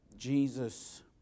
Jesus